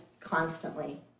constantly